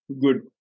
Good